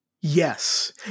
Yes